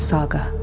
Saga